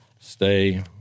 stay